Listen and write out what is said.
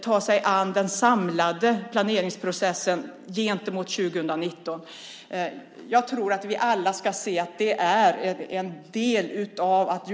Jag har gett Västra Götalandsregionen uppdraget att ta sig an detta och de har antagit det.